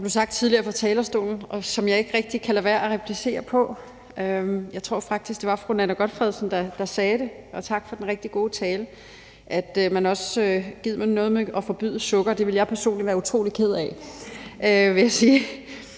Der blev sagt noget tidligere fra talerstolen, som jeg ikke kan lade være med at replicere på. Jeg tror faktisk, det var fru Nanna W. Gotfredsen, der sagde det – og tak for den rigtig gode tale – nemlig gid man også ville forbyde sukker. Det ville jeg personligt være utrolig ked af,